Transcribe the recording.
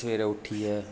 सवेरे उट्ठियै